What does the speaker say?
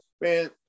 Man